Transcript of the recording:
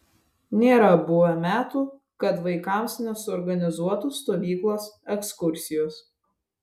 nėra buvę metų kad vaikams nesuorganizuotų stovyklos ekskursijos